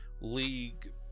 League